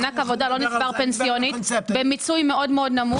מענק עבודה לא נצבר פנסיונית, במיצוי מאוד נמוך.